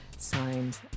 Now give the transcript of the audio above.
signed